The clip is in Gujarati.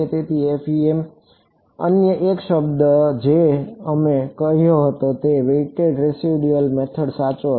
તેથી FEM અન્ય એક શબ્દ જે અમે કહ્યો હતો તે વેઇટેડ રેસિડ્યુઅલ મેથડ સાચો હતો